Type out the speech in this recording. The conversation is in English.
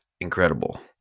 incredible